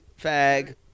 fag